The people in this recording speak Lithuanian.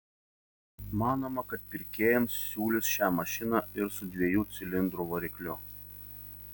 manoma kad pirkėjams siūlys šią mašiną ir su dviejų cilindrų varikliu